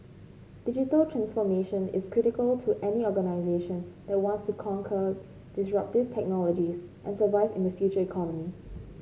digital transformation is critical to any organisation that wants to conquer disruptive technologies and survive in the Future Economy